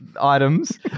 items